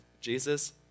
jesus